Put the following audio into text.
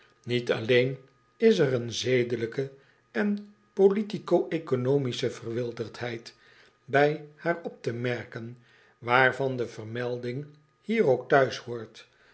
niet alleen is er een zedelijke en politico economische verwilderdheid bij haar op te merken waarvan de vermelding hier ook